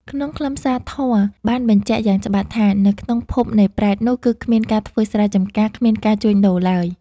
ក្នុងខ្លឹមសារធម៌បានបញ្ជាក់យ៉ាងច្បាស់ថា នៅក្នុងភពនៃប្រេតនោះ គឺគ្មានការធ្វើស្រែចម្ការ គ្មានការជួញដូរឡើយ។